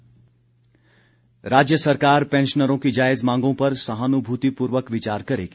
जयराम राज्य सरकार पैंशनरों की जायज मांगों पर सहानुभूतिपूर्वक विचार करेगी